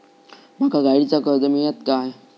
माका गाडीचा कर्ज मिळात काय?